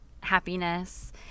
happiness